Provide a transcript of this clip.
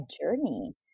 journey